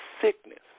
sickness